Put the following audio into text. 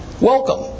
welcome